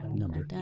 number